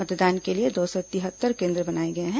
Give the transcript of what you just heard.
मतदान के लिए दो सौ तिहत्तर केन्द्र बनाए गए हैं